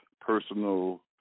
personal